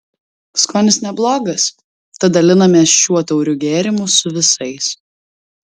skonis neblogas tad dalinamės šiuo tauriu gėrimu su visais